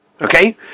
Okay